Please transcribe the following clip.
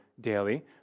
daily